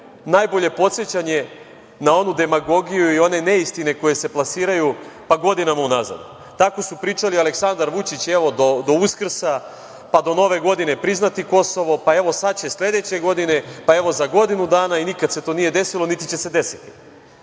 najbolje podsećanje na onu demagogiju i one neistine koje se plasiraju godinama unazad. Tako su pričali Aleksandar Vučić do Uskrsa, pa do Nove godine priznati Kosovo, pa evo sada će sledeće godine, pa za godinu dana i nikada se to nije desilo, niti će se desiti. Srbija